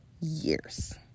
years